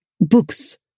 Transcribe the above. books